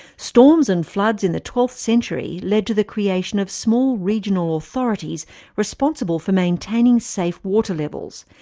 storms and floods in the twelfth century lead to the creation of small regional authorities responsible for maintaining safe water levels,